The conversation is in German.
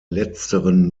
letzteren